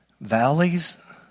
valleys